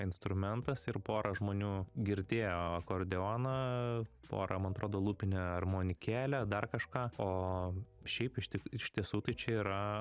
instrumentas ir pora žmonių girdėjo akordeoną pora man atrodo lūpinę armonikėlę dar kažką o šiaip iš ti iš tiesų tai čia yra